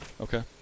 Okay